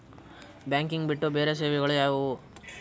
Banking ಬಿಟ್ಟು ಬೇರೆ ಸೇವೆಗಳು ಯಾವುವು?